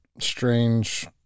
strange